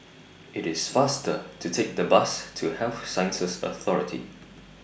IT IS faster to Take The Bus to Health Sciences Authority